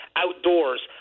outdoors